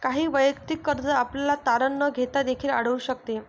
काही वैयक्तिक कर्ज आपल्याला तारण न घेता देखील आढळून शकते